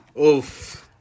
Oof